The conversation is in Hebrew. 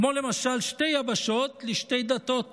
כמו למשל שתי יבשות לשתי דתות